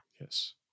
Yes